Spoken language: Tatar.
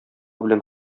белән